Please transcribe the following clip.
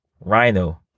Rhino